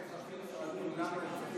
למה,